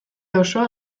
osoa